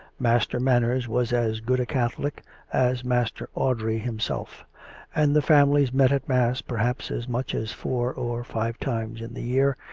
master manners was as good a catholic as master audrey himself and the families met at mass perhaps as much as four or five times in the year,